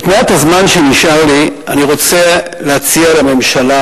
במעט הזמן שנשאר לי אני רוצה להציע לממשלה